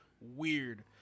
weird